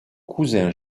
cousin